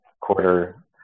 quarter